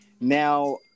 now